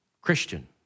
Christian